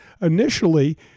initially